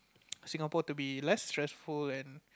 Singapore to be less stressful and